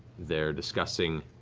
they're discussing